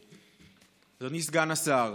אדוני סגן השר,